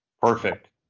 Perfect